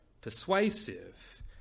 persuasive